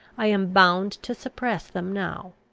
i am bound to suppress them now.